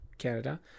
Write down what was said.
canada